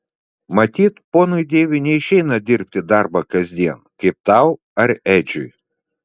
matyt ponui deiviui neišeina dirbti darbą kasdien kaip tau ar edžiui